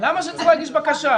למה שהם צריכים להגיש בקשה?